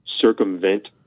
circumvent